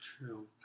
True